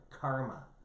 karma